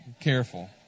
Careful